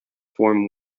form